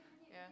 yeah